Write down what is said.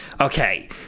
Okay